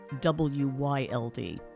W-Y-L-D